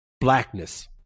blackness